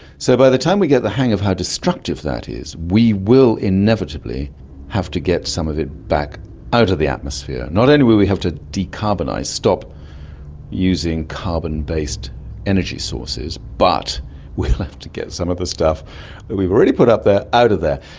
so by the time we get the hang of how destructive that is, we will inevitably have to get some of it back out of the atmosphere. not only will we have to decarbonise, stop using carbon based energy sources, but we will have to get some of the stuff that we've already put up there out of there.